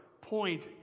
point